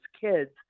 kids